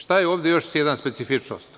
Šta je ovde još jedna specifičnost?